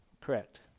Correct